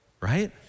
Right